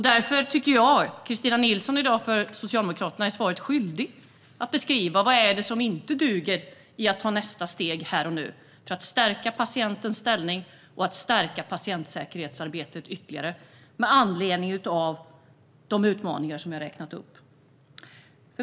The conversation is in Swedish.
Därför tycker jag att Kristina Nilsson, Socialdemokraterna, i dag är skyldig att beskriva vad det är som inte duger i att ta nästa steg här och nu för att stärka patientens ställning och stärka patientsäkerhetsarbetet ytterligare med anledning av de utmaningar som jag har räknat upp.